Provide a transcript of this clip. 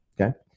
okay